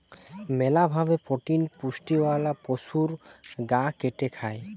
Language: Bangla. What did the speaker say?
মেলা ভাবে প্রোটিন পুষ্টিওয়ালা পশুর গা কেটে খায়